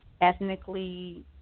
ethnically